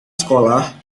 sekolah